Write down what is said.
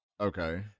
Okay